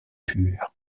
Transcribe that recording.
pures